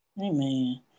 Amen